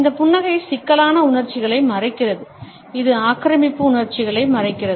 இந்த புன்னகை சிக்கலான உணர்ச்சிகளை மறைக்கிறது இது ஆக்கிரமிப்பு உணர்ச்சிகளை மறைக்கிறது